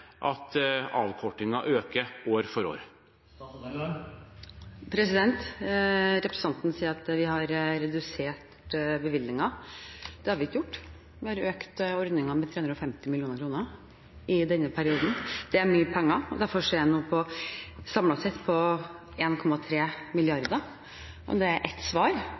prosentvise avkortingen øker år for år? Representanten sier at vi har redusert bevilgningene. Det har vi ikke gjort. Vi har økt ordningen med 350 mill. kr i denne perioden. Det er mye penger. Derfor ser jeg nå samlet sett på 1,3 mrd. kr. Det er ett svar